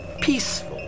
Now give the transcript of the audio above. Peaceful